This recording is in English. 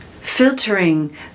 filtering